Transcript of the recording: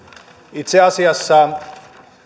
itse asiassa